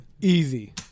Easy